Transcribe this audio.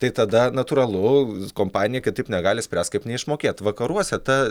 tai tada natūralu kompanija kitaip negali spręst kaip neišmokėt vakaruose ta